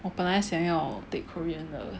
我本来想要 take Korean 的